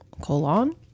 Colon